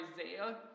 Isaiah